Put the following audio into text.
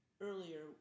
earlier